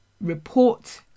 report